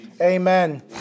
amen